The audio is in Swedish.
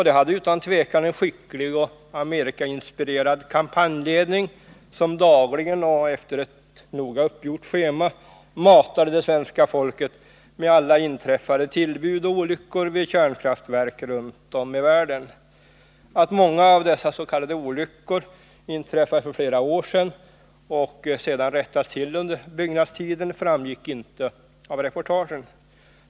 De hade utan tvivel en skicklig och Amerikainspirerad kampanjledning, som dagligen och efter ett noga uppgjort schema matade det svenska folket med alla inträffade tillbud och olyckor vid kärnkraftverk runt om i världen. Att många av dessa s.k. olyckor inträffat för flera år sedan och sedan rättats till under byggnadstiden framgick inte av reportagen.